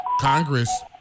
Congress